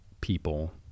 people